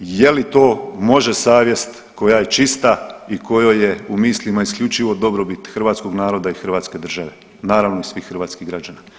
Je li to može savjest koja je čista i kojoj je u mislima isključivo dobrobit hrvatskog naroda i hrvatske države, naravno i svih hrvatskih građana?